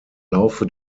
laufe